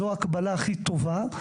זו ההקבלה הכי טובה.